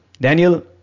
Daniel